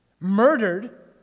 murdered